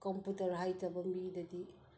computer ꯍꯥꯏꯇꯕ ꯃꯤꯗꯗꯤ